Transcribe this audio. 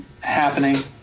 happening